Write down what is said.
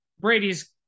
Brady's